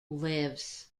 lives